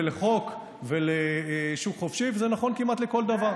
לחוק ולשוק חופשי וזה נכון כמעט לכל דבר.